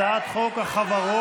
הצעת חוק החברות